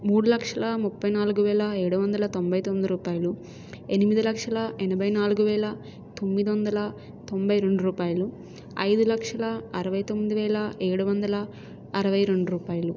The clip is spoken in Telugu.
మూడు లక్షల ముప్పై నాలుగు వేల ఏడు వందల ఎనభై తొమ్మిది రూపాయలు ఎనిమిది లక్షల ఎనభై నాలుగు వేల తొమ్మిది వందల తొంభై రెండు రూపాయలు ఐదు లక్ష అరవై తొమ్మిది వేల ఏడు వందల అరవై రెండు రూపాయలు